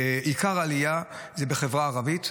עיקר העלייה זה בחברה הערבית,